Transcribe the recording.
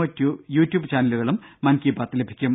O YouTube ചാനലുകളിലും മൻ കി ബാത് ലഭിക്കും